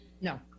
no